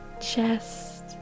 chest